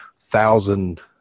thousand